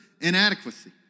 inadequacy